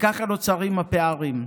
וככה נוצרים הפערים.